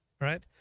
right